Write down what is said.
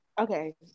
Okay